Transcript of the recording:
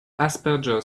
asperger